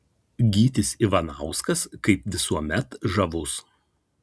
gytis ivanauskas kaip visuomet žavus